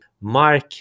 mark